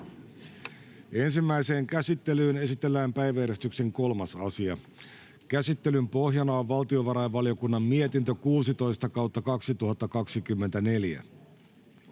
Ensimmäiseen käsittelyyn esitellään päiväjärjestyksen 5. asia. Käsittelyn pohjana on hallintovaliokunnan mietintö HaVM 22/2024